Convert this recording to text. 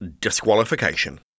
disqualification